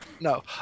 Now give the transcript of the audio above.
No